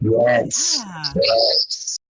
Yes